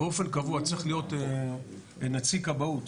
באופן קבוע צריך להיות נציג כבאות